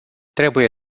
trebuie